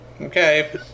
Okay